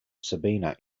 sabina